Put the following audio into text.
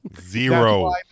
Zero